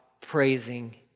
praising